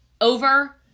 over